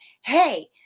hey